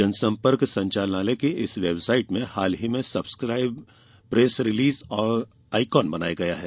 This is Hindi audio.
जनसम्पर्क संचालनालय की इस वेबसाइट में हाल ही में subscribe press release icon बनाया गया है